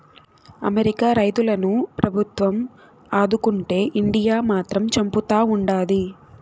America రైతులను ప్రభుత్వం ఆదుకుంటే ఇండియా మాత్రం చంపుతా ఉండాది